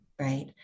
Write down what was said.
Right